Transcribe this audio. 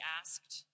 asked